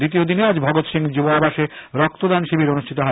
দ্বিতীয় দিনে আজ ভগৎ সিং সুব আবাসে রক্তদান শিবির অনুষ্ঠিত হয়